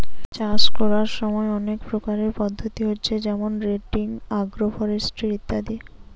চাষ কোরার সময় অনেক প্রকারের পদ্ধতি হচ্ছে যেমন রটেটিং, আগ্রফরেস্ট্রি ইত্যাদি